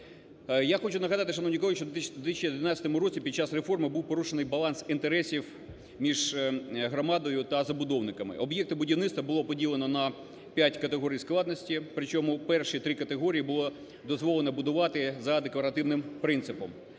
Я хочу нагадати, шановні колеги, що 2012 році під час реформи був порушений баланс інтересів між громадою та забудовниками. Об'єкти будівництва було поділено на п'ять категорій складності, причому перші три категорії було дозволено будувати за декларативним принципом,